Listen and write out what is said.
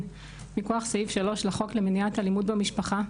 מכוח סעיף שלוש לחוק למניעת אלימות במשפחה,